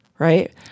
Right